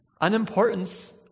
unimportance